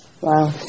Wow